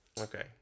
okay